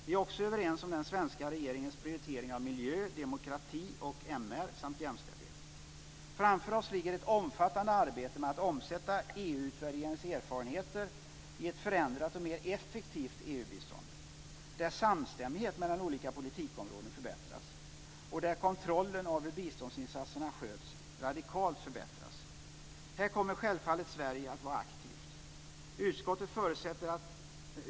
Vi är också överens om den svenska regeringens prioritering av miljö, demokrati, MR samt jämställdhet. Framför oss ligger ett omfattande arbete med att omsätta EU-utvärderingens erfarenheter i ett förändrat och mer effektivt EU-bistånd där samstämmigheten mellan olika politikområden förbättras och där kontrollen av hur biståndsinsatserna sköts radikalt förbättras. Här kommer självfallet Sverige att vara aktivt.